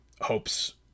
Hope's